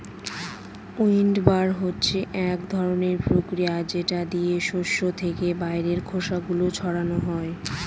উইন্ডবার হচ্ছে এক ধরনের প্রক্রিয়া যেটা দিয়ে শস্য থেকে বাইরের খোসা গুলো ছাড়ানো হয়